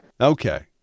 Okay